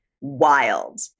wild